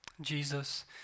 Jesus